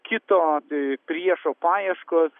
kitu atveju priešo paieškos